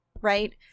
Right